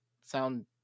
sound